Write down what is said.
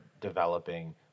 developing